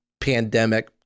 pandemic